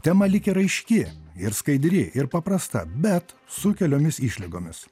tema lyg ir aiški ir skaidri ir paprasta bet su keliomis išlygomis